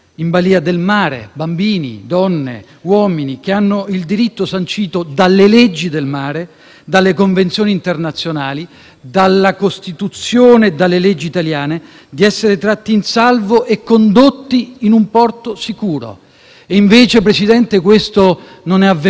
dalle convenzioni internazionali, dalla Costituzione e dalle leggi italiane, di essere tratti in salvo e condotti in un porto sicuro. Questo, invece, non è avvenuto in quei cinque lunghissimi giorni, tra il 20 e il 25 agosto